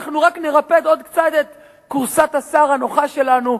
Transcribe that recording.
אנחנו רק נרפד עוד קצת את כורסת השר הנוחה שלנו,